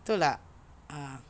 betul tak ah